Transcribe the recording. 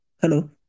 Hello